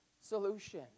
solution